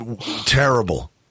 terrible